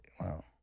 wow